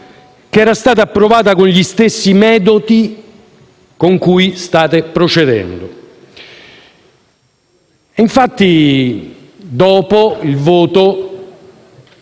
che era stata approvata con gli stessi metodi con cui state procedendo. Dopo il voto